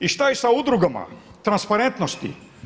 I šta je sa udrugama transparentnosti?